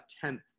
tenth